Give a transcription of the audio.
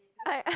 I